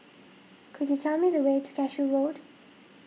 could you tell me the way to Cashew Road